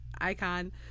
icon